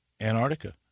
Antarctica